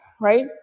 Right